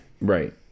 right